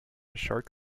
shark